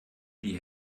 die